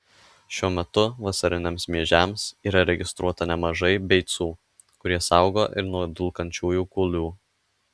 šiuo metu vasariniams miežiams yra registruota nemažai beicų kurie saugo ir nuo dulkančiųjų kūlių